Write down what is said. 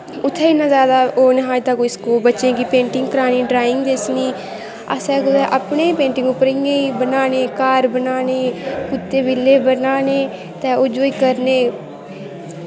उत्थै इन्नी जैदा ओह् नेईं हा एह्दा स्कोव बच्चें गी पेंटिंग करानी ड्राइंग दस्सनी असें कुतै अपनी गै पेंटिंग पर इ'यां गै घर बनान्ने कुत्ते बिल्ले बनान्ने ते उ'ऐ करने